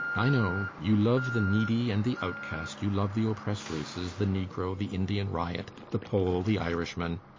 i know. you love the needy and the outcast you love the oppressed races, the negro, the indian ryot, the pole, the irishman.